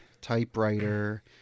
typewriter